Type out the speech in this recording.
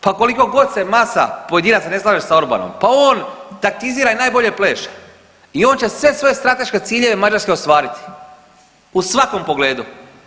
Pa koliko god se masa pojedinaca ne znaju sa Orbanom, pa on taktizira i najbolje pleše i on će sve svoje strateške ciljeve Mađarske ostvariti u svakom pogledu.